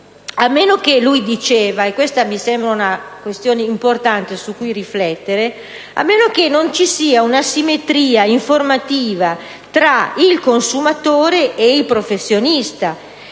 a meno che - egli diceva, e questa mi sembra una questione importante su cui riflettere - non ci sia un'asimmetria informativa tra il consumatore e il professionista